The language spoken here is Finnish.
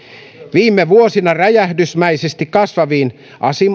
viime vuosina räjähdysmäisesti kasvaneisiin